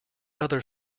other